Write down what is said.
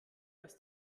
als